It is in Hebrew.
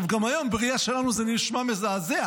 גם היום, בראייה שלנו זה נשמע מזעזע.